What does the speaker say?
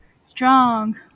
strong